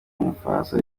umufaransa